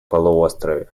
полуострове